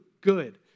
good